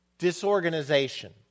Disorganization